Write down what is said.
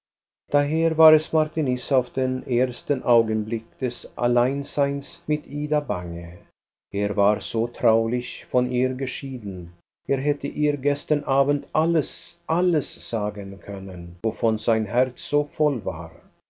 daher war es martiniz auf den ersten augenblick des alleinseins mit ida bange er war so traulich von ihr geschieden er hätte ihr gestern abend alles alles sagen können wovon sein herz so voll war und